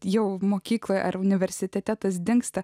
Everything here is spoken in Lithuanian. jau mokykloje ar universitetas dingsta